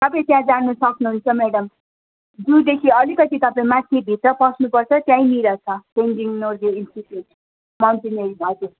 तपाईँ त्यहाँ जानु सक्नु हुन्छ म्याडम जूदेखि अलिकति तपाईँ माथि भित्र पस्नु पर्छ त्यहीँनिर छ तेन्जिङ नर्गे इन्स्टिच्युट माउन्टेनरिङ हजुर